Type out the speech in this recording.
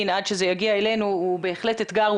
עד שזה יגיע אלינו הוא בהחלט אתגר,